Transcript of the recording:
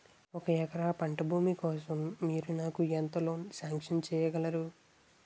ఒక ఎకరం పంట భూమి కోసం మీరు నాకు ఎంత లోన్ సాంక్షన్ చేయగలరు?